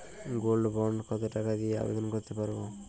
Gold bond কত টাকা দিয়ে আবেদন করতে পারবো?